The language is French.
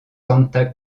santa